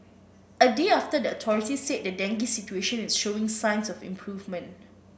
a day after the authorities said the dengue situation is showing signs of improvement